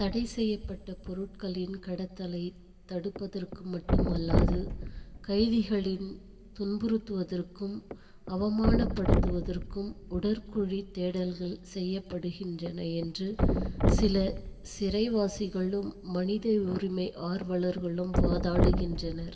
தடைசெய்யப்பட்ட பொருட்களின் கடத்தலைத் தடுப்பதற்கு மட்டும் அல்லாது கைதிகளின் துன்புறுத்துவதற்கும் அவமானப்படுத்துவதற்கும் உடற்குழித் தேடல்கள் செய்யப்படுகின்றன என்று சில சிறைவாசிகளும் மனித உரிமை ஆர்வலர்களும் வாதாடுகின்றனர்